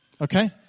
Okay